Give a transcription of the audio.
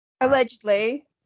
Allegedly